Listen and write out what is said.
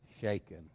shaken